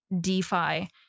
DeFi